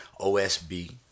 OSB